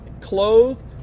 clothed